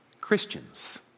Christians